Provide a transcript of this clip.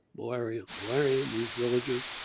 malaria, malaria in these villages.